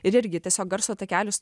ir irgi tiesiog garso takelis